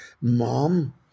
mom